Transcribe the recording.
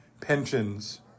pensions